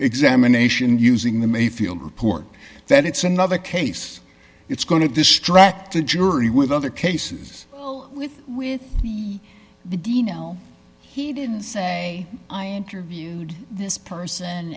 examination using the mayfield report that it's another case it's going to distract a jury with other cases well with with the d no he didn't say i interviewed this person